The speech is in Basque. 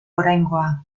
oraingoa